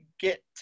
get